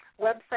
website